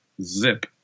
zip